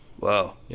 Wow